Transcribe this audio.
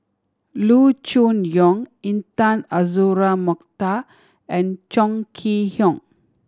Loo Choon Yong Intan Azura Mokhtar and Chong Kee Hiong